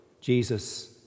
Jesus